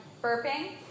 burping